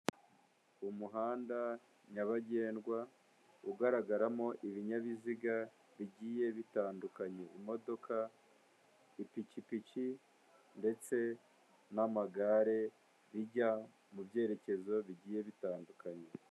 Umuhanda nyabagendwa ugaragaramo ibinyabiziga bigiye bitandukanye. Imodoka, ipikipiki ndetse n'amagare bijya mu byerekezo bigiye bitandukanye.